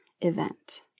event